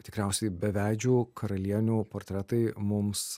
tikriausiai beveidžių karalienių portretai mums